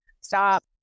stop